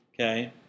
okay